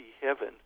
heaven